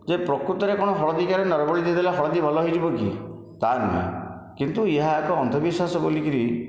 ଯେ ପ୍ରକୃତରେ କଣ ହଳଦୀ କିଆରୀରେ ନରବଳି ଦେଇଦେଲେ ହଳଦୀ ଭଲ ହୋଇଯିବ କି ତାହା ନୁହେଁ କିନ୍ତୁ ଏହା ଏକ ଅନ୍ଧ ବିଶ୍ୱାସ ବୋଲିକରି